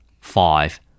Five